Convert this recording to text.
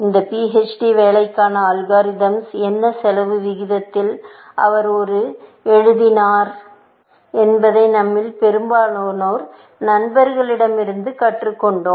இந்த PHD வேலைக்கான algorithms என்ன செலவு விகிதத்தில் அவர் ஒரு எழுதினார் என்பதை நம்மில் பெரும்பாலோர் நண்பர்களிடமிருந்து கற்றுக்கொண்டோம்